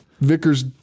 Vickers